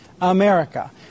America